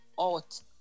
out